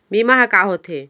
बीमा ह का होथे?